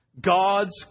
God's